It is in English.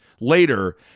later